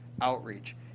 outreach